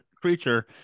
creature